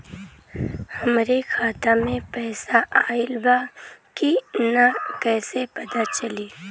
हमरे खाता में पैसा ऑइल बा कि ना कैसे पता चली?